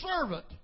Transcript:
servant